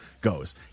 goes